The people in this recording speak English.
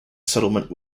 settlement